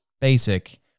basic